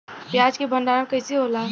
प्याज के भंडारन कइसे होला?